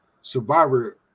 Survivor